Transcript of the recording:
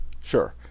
Sure